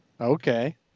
Okay